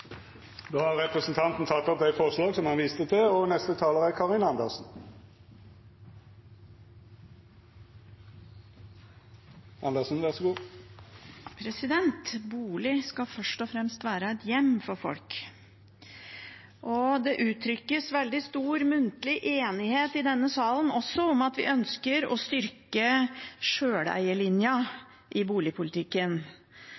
har sammen med SV. Representanten Willfred Nordlund har teke opp det forslaget han refererte til. En bolig skal først og fremst være et hjem for folk. Det uttrykkes også veldig stor muntlig enighet i denne salen om at vi ønsker å styrke